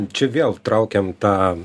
čia vėl traukiam tą